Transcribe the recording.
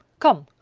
come!